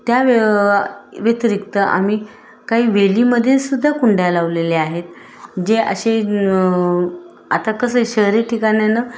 त्या व्य व्यतिरिक्त आम्ही काही वेलीमध्ये सुद्धा कुंड्या लावलेल्या आहेत जे असे आता कसं शहरी ठिकाणानं